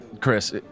Chris